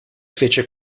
fece